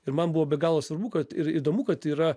ir man buvo be galo svarbu kad ir įdomu kad yra